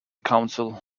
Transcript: council